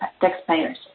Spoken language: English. taxpayers